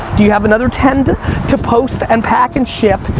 do you have another ten to post, and pack, and ship?